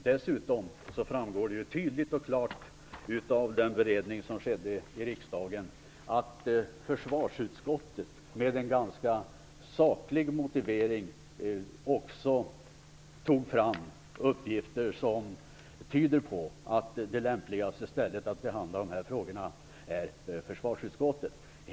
Vidare framgår det tydligt och klart av den beredning som skedde i riksdagen att försvarsutskottet med en ganska saklig motivering också tagit fram uppgifter som tyder på att det lämpligaste stället för behandling av dessa frågor är försvarsutskottet.